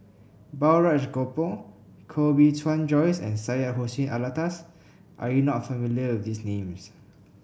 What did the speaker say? Balraj Gopal Koh Bee Tuan Joyce and Syed Hussein Alatas are you not familiar with these names